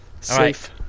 Safe